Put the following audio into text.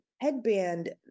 headband